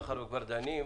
מאחר וכבר דנים,